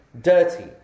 dirty